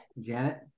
Janet